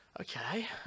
okay